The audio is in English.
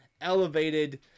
elevated